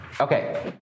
Okay